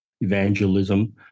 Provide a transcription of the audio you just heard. evangelism